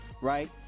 right